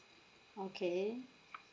okay